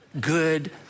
good